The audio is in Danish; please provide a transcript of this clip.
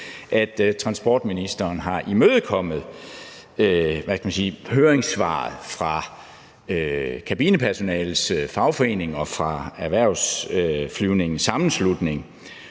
at transportministeren har imødekommet høringssvaret fra kabinepersonalets fagforening og fra Erhvervsflyvningens Sammenslutning,